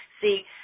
see